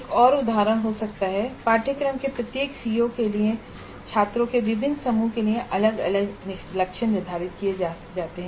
एक और उदाहरण हो सकता है पाठ्यक्रम के प्रत्येक सीओ के लिए और छात्रों के विभिन्न समूहों के लिए अलग अलग लक्ष्य निर्धारित किए जाते हैं